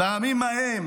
בימים ההם